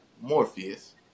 Morpheus